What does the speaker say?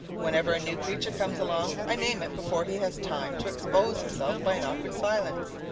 whenever a new creature comes along i name it before he has time to expose himself by an awkward silence.